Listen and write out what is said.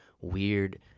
Weird